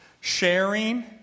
sharing